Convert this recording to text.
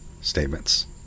statements